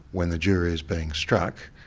when the jury is being struck,